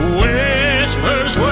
whispers